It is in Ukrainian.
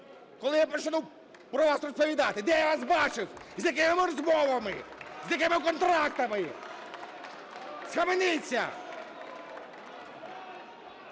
коли я почну про вас розповідати, де я вас бачив і з якими розмовами, з якими контрактами. Схаменіться!